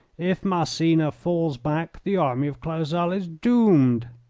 if massena falls back the army of clausel is doomed.